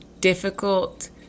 difficult